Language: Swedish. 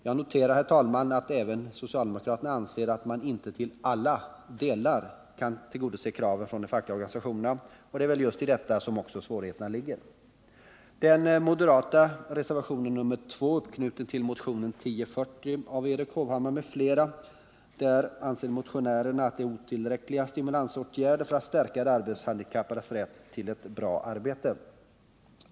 Jag noterar, herr talman, att även socialdemokraterna anser att man inte till alla delar kan tillgodose kraven från de fackliga organisationerna — och det är väl just i detta som svårigheterna ligger. Den moderata reservationen 2 är knuten till motionen 1040 av Erik Hovhammar m.fl. Motionärerna anser att stimulansåtgärderna för att stärka de arbetshandikappades rätt till ett bra arbete är otillräckliga.